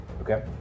Okay